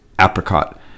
apricot